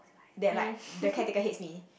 that like the caretaker hates me